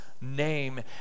name